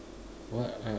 what ah